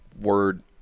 word